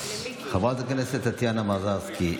חברת הכנסת טטיאנה מזרסקי,